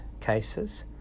cases